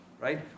Right